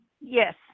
Yes